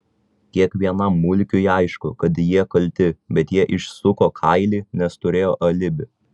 kiekvienam mulkiui aišku kad jie kalti bet jie išsuko kailį nes turėjo alibi